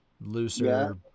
looser